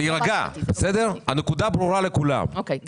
אוקיי.